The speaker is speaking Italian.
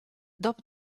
dopo